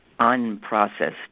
unprocessed